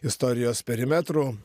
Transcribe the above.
istorijos perimetrų